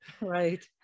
Right